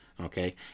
Okay